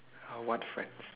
I want friends